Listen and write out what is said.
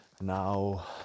Now